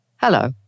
Hello